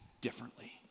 differently